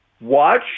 watch